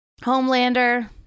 Homelander